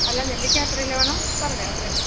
അല്ല നെല്ലിക്ക എത്ര കിലോ വേണം പറഞ്ഞോളൂ ഒരു മീ